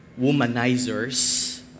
womanizers